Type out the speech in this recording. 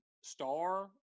star